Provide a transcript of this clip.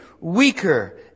weaker